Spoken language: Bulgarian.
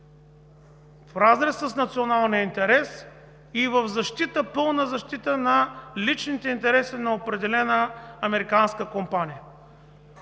в разрез с националния интерес и в пълна защита на личните интереси на определена американска компания.